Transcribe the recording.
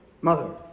mother